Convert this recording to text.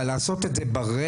אבל לעשות את זה ברגע,